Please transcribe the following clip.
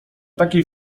takiej